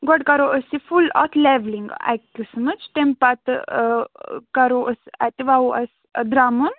گۄڈٕ کَرو أسۍ یہِ فُل اَتھ لیٚولِنٛگ اَکہِ قٕسمٕچ تَمہِ پَتہٕ ٲں کَرو أسۍ اَتہِ وۄوو أسۍ درٛمُن